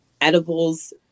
edibles